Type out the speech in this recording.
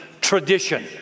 tradition